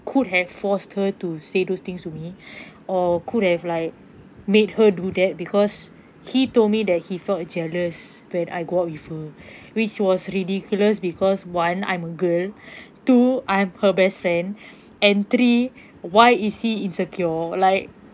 could have forced her to say those things to me or could have like made her do that because he told me that he felt jealous when I go out with her which was ridiculous because one I'm a girl two I'm her best friend and three why is he insecure like